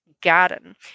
garden